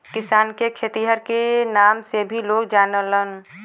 किसान के खेतिहर के नाम से भी लोग जानलन